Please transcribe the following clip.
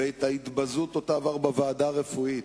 ועל ההתבזות שעבר בוועדה הרפואית.